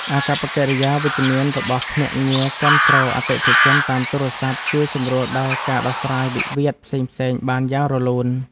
អាកប្បកិរិយាវិជ្ជមានរបស់ភ្នាក់ងារគាំទ្រអតិថិជនតាមទូរស័ព្ទជួយសម្រួលដល់ការដោះស្រាយវិវាទផ្សេងៗបានយ៉ាងរលូន។